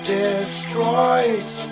destroys